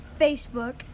facebook